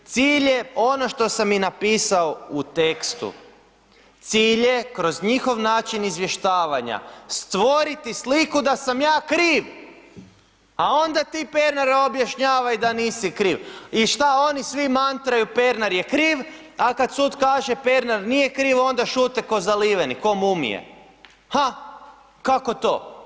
Cilj je ono što sam i napisao u tekstu, cilj je kroz njihov način izvještavanja stvoriti sliku da sam ja kriv, a onda ti Pernaru objašnjavaj da nisi kriv i šta oni svi mantraju Pernar je kriv, a kad sud kaže Pernar nije kriv, onda šute ko zaliveni, ko mumije, ha kako to?